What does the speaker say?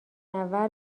منور